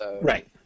Right